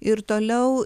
ir toliau